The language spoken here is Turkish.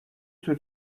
tür